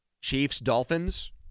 Chiefs-Dolphins